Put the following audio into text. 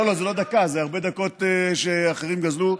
לא, זו לא דקה, זה הרבה דקות שאחרים גזלו,